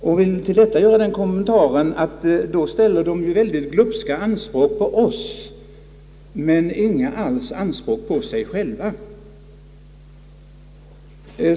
Jag vill till detta göra den kommentaren att man då ställer mycket glupska anspråk på oss men inga anspråk alls på sig själv.